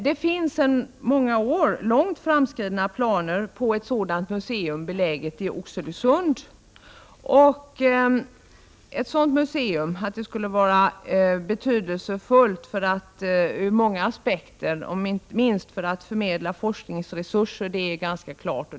Det finns sedan många år långt framskridna planer på ett sådant museum i Oxelösund. Ett sådant museum skulle vara betydelsefullt ur många aspekter, inte minst för att förmedla forskningsresurser. Detta är ganska klart.